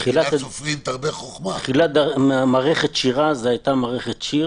בהתחלה היתה מערכת שיר